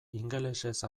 ingelesez